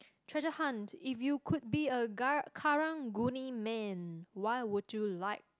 treasure hunt if you could be a ga~ Karang-Guni man what would you like